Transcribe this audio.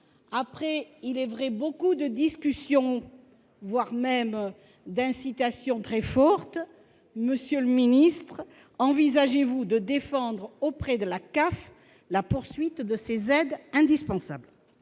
après, il est vrai, beaucoup de discussions, pour ne pas dire des incitations très fortes. Monsieur le ministre, envisagez-vous de défendre auprès de la CAF le principe de la poursuite de ces aides indispensables ?